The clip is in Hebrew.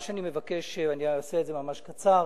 מה שאני מבקש, ואני אעשה את זה ממש קצר: